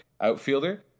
outfielder